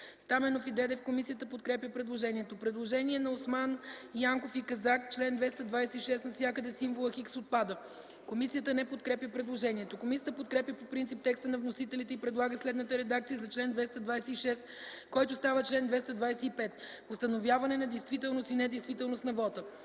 Стаменов и Дедев. Комисията подкрепя предложението. Предложение на народните представители Осман, Янков и Казак – в чл. 226 навсякъде символът „X” отпада. Комисията не подкрепя предложението. Комисията подкрепя по принцип текста на вносителите и предлага следната редакция за чл. 226, който става чл. 225: „Установяване на действителност и недействителност на вота